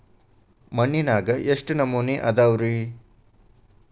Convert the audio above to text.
ಮಣ್ಣಿನಾಗ ಎಷ್ಟು ನಮೂನೆ ಅದಾವ ರಿ?